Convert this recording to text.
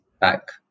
back